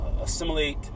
assimilate